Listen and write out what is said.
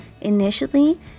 Initially